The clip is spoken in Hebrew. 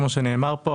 כמו שנאמר כאן,